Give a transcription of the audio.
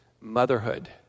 motherhood